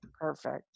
Perfect